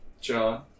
John